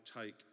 take